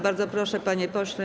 Bardzo proszę, panie pośle.